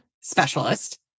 specialist